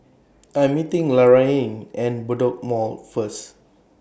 I Am meeting Laraine At Bedok Mall First